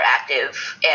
active